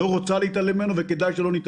לא רוצה להתעלם ממנו,